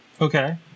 Okay